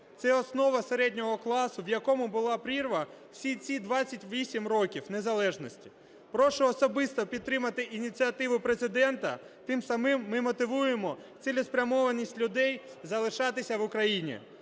це основа середнього класу, в якому була прірва всі ці 28 років незалежності. Прошу особисто підтримати ініціативу Президента, тим самим ми мотивуємо цілеспрямованість людей залишатися в Україні,